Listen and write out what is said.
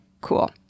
cool